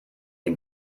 den